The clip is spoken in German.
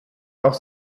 auch